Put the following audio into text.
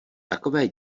takové